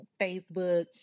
facebook